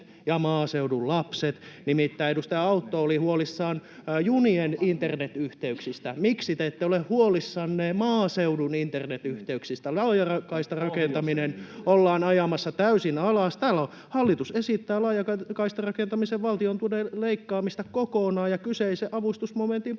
ja maaseudun lapset. Nimittäin edustaja Autto oli huolissaan junien internetyhteyksistä. Miksi te ette ole huolissanne maaseudun internetyhteyksistä? Laajakaistarakentaminen ollaan ajamassa täysin alas. Täällä hallitus esittää laajakaistarakentamisen valtiontuen leikkaamista kokonaan ja kyseisen avustusmomentin poistamista.